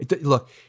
look